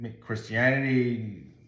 Christianity